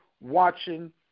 watching